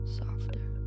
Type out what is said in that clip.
softer